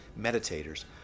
meditators